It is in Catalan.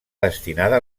destinada